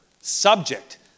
subject